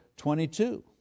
22